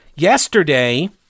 Yesterday